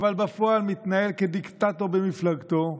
אבל בפועל מתנהל כדיקטטור במפלגתו,